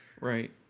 Right